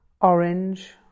orange